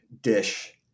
dish